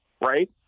right